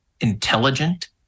intelligent